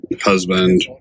husband